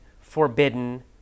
forbidden